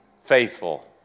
faithful